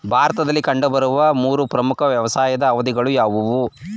ಭಾರತದಲ್ಲಿ ಕಂಡುಬರುವ ಮೂರು ಪ್ರಮುಖ ವ್ಯವಸಾಯದ ಅವಧಿಗಳು ಯಾವುವು?